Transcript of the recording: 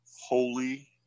holy